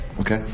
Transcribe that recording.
Okay